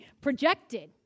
projected